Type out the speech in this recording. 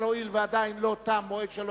נא להביא לי את תוצאות ההצבעה,